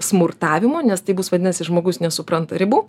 smurtavimo nes tai bus vadinasi žmogus nesupranta ribų